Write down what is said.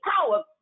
power